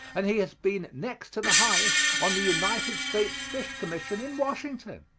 and he has been next to the highest on the united states fish commission in washington.